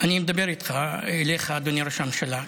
אני מדבר אליך, אדוני ראש הממשלה.